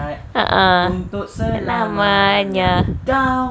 a'ah selamanya